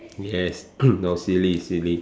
yes no silly silly